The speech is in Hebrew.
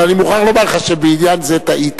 אבל אני מוכרח לומר לך שבעניין זה טעית.